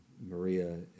Maria